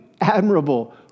admirable